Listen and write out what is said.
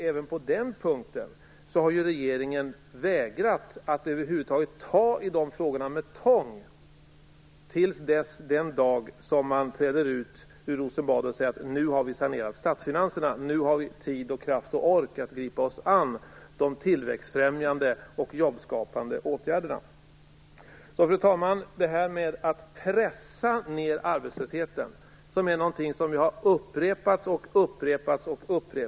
Även på den punkten har regeringen vägrat att över huvud taget ta i dessa frågor med tång till den dag då man kan träda ut från Rosenbad och säga att statsfinanserna är finansierade. Nu finns det tid, kraft och ork att ta oss an de tillväxtfrämjande och jobbskapande åtgärderna. Fru talman! Detta med att pressa ned arbetslösheten har upprepats åtskilliga gånger.